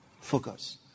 Focus